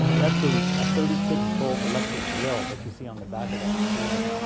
that's a ah thirty six volt electric drill that you see on the back of that scooter.